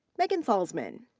megan salzmann.